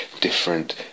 different